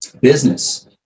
business